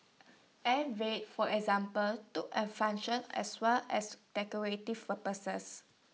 air Vents for example took on function as well as decorative purposes